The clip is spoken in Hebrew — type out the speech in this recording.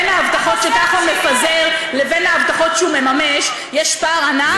בין ההבטחות שכחלון מפזר לבין ההבטחות שהוא מממש יש פער ענק,